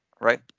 right